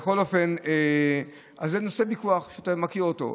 בכל אופן זה נושא לוויכוח, אני פשוט מכיר אותו.